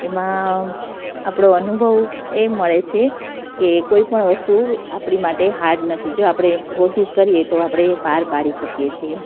એમાં આપણો અનુભવ એ મળે છે કે કોઈ પણ વસ્તુ આપણી માટે હાર્ડ નથી જો આપણે કોશીશ કરીએ તો આપણે પાર પાડી શકીએ છીએ